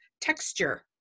texture